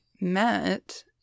met